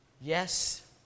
Yes